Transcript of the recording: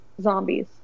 zombies